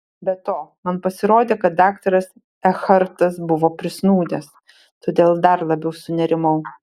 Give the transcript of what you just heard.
be to man pasirodė kad daktaras ekhartas buvo prisnūdęs todėl dar labiau sunerimau